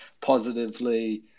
positively